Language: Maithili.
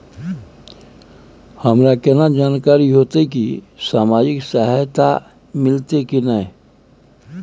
हमरा केना जानकारी होते की सामाजिक सहायता मिलते की नय?